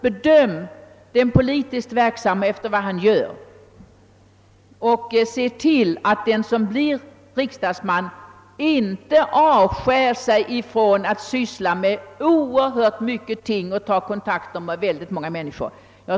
Bedöm den politiskt verksamme efter vad han gör och se till, att den som blir riksdagsman inte avskär sig från möjligheterna att syssla med många ting och ta kontakter med många människor!